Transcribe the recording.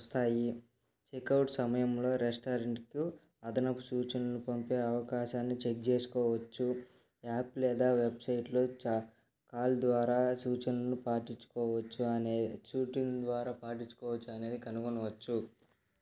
వస్తాయి చెక్అవుట్ సమయంలో రెస్టారెంట్కు అదనపు సూచనలు పంపే అవకాశాన్ని చెక్ చేసుకోవచ్చు యాప్ లేదా వెబ్సైట్లో చ కాల్ ద్వారా సూచనలు పాటిచ్చుకోవచ్చు అనే షూటింగ్ ద్వారా పాటించుకోవచ్చు అనేది కనుగొనవచ్చు